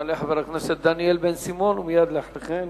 יעלה חבר הכנסת דניאל בן-סימון, ומייד אחרי כן,